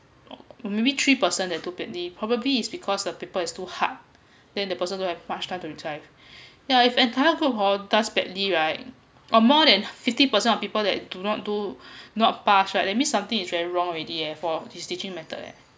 or maybe three person that do badly probably is because the paper is too hard then the person don't have much time to retry yeah entire group hor does badly right or more than fifty percent of people that do not do not pass right that means something is very wrong already eh for his teaching method eh